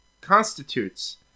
constitutes